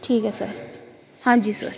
ਠੀਕ ਹੈ ਸਰ ਹਾਂਜੀ ਸਰ